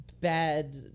bad